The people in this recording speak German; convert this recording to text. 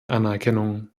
anerkennung